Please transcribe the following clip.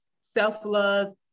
self-love